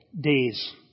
days